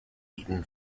eaten